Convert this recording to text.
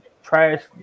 Trash